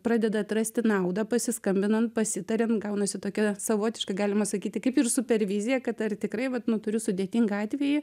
pradeda atrasti naudą pasiskambinant pasitariant gaunasi tokia savotiška galima sakyti kaip ir supervizija kad ar tikrai vat nu turiu sudėtingą atvejį